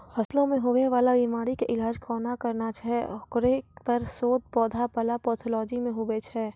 फसलो मे हुवै वाला बीमारी के इलाज कोना करना छै हेकरो पर शोध पौधा बला पैथोलॉजी मे हुवे छै